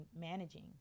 managing